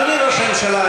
אדוני ראש הממשלה,